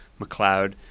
McLeod